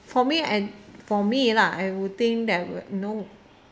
for me for me I for me lah I would think that I would know